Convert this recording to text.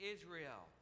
Israel